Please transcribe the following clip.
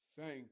Thank